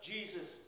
Jesus